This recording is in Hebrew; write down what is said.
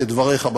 כדבריך,